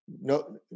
no